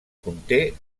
conté